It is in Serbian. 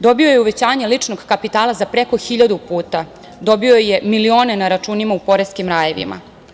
Dobio je uvećanje ličnog kapitala za preko hiljadu puta, dobio je milione na računima u poreskim rajevima.